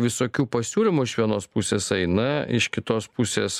visokių pasiūlymų iš vienos pusės eina iš kitos pusės